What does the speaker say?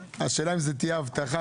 השאלה היא אם זו תהיה הבטחה,